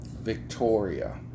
Victoria